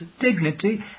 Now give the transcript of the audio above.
dignity